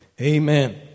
Amen